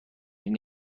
این